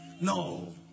No